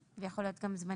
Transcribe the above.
אני רק אסב את תשומת